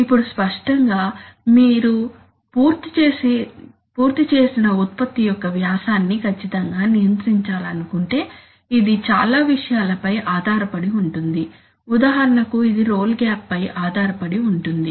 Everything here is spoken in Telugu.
ఇప్పుడు స్పష్టంగా మీరు పూర్తి చేసిన ఉత్పత్తి యొక్క వ్యాసాన్ని ఖచ్చితంగా నియంత్రించాలను కుంటే ఇది చాలా విషయాలపై ఆధారపడి ఉంటుంది ఉదాహరణకు ఇది రోల్ గ్యాప్ పై ఆధారపడి ఉంటుంది